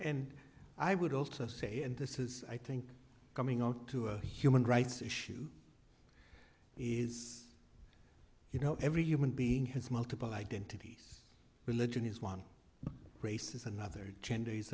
and i would also say and this is i think coming on to a human rights issue is you know every human being has multiple identities religion is one race is another gender is